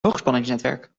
hoogspanningsnetwerk